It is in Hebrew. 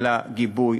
על הגיבוי,